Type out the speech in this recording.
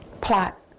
plot